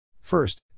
First